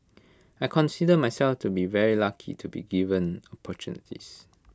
I consider myself to be very lucky to be given opportunities